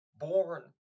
born